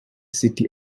city